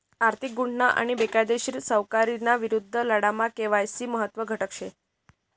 आर्थिक गुन्हा आणि बेकायदेशीर सावकारीना विरुद्ध लढामा के.वाय.सी महत्त्वना घटक शे